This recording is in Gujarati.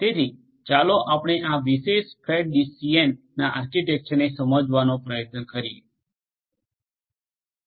તેથી ચાલો આપણે આ વિશેષ ફેટ ટ્રી ડીસીએનના આર્કિટેક્ચરને સમજવાનો પ્રયત્ન કરીએ